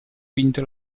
vinto